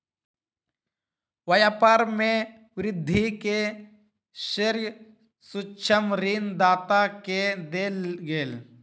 व्यापार में वृद्धि के श्रेय सूक्ष्म ऋण दाता के देल गेल